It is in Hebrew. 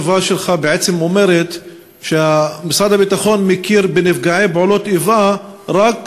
שאלה נוספת לחבר הכנסת יוסף ג'בארין,